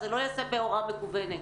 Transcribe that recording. זה לא ייעשה בהוראה מקוונת.